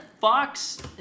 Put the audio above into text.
Fox